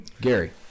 Gary